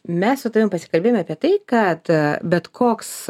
mes su tavim pasikalbėjome apie tai kad bet koks